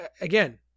again